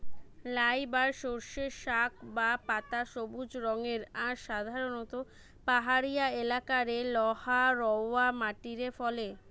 লাই বা সর্ষের শাক বা পাতা সবুজ রঙের আর সাধারণত পাহাড়িয়া এলাকারে লহা রওয়া মাটিরে ফলে